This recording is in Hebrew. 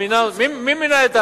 מי מינה את,